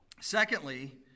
Secondly